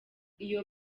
iyo